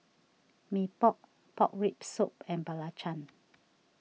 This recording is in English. Mee Pok Pork Rib Soup and Belacan